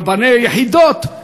רבני יחידות,